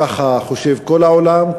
כך חושב כל העולם,